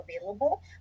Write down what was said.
available